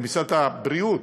ולמשרד הבריאות,